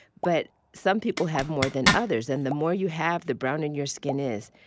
but some people have more than others. and the more you have, the browner and your skin is.